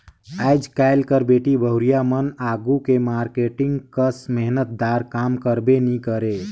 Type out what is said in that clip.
आएज काएल कर बेटी बहुरिया मन आघु के मारकेटिंग कस मेहनत दार काम करबे नी करे